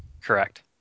Correct